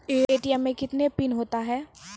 ATM मे कितने PIN होता हैं?